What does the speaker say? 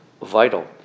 vital